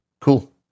cool